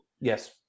Yes